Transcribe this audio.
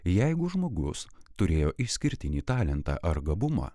jeigu žmogus turėjo išskirtinį talentą ar gabumą